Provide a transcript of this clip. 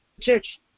church